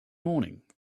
morning